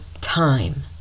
time